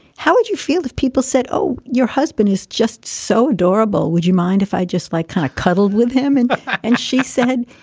how would you feel if people said, oh, your husband is just so adorable? would you mind if i just like kind of cuddle with him? and and she said,